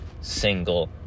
single